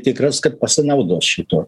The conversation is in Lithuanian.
tikras kad pasinaudos šituo